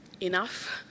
enough